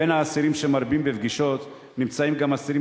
בין האסירים שמרבים בפגישות נמצאים גם אסירים